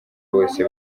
bose